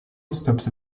stops